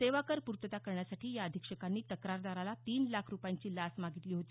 सेवा कर पूर्तता करण्यासाठी या अधीक्षकांनी तक्रारदाराला तीन लाख रुपयांची लाच मागितली होती